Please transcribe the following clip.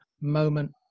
moment